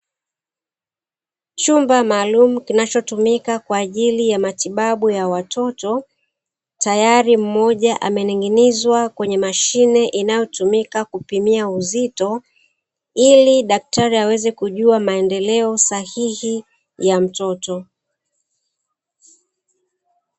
Chumba maalumu kinachotumika kwaajili ya matibabu ya watoto, tayari mmoja amening'inizwa kwenye mashine inayotumika kupimia uzito ili daktari aweze kujua maendeleo sahihi ya mtoto.